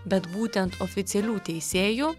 bet būtent oficialių teisėjų